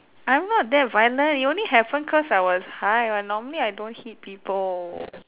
I'm not that violent it only happen cause I was high but normally I don't hit people